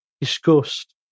disgust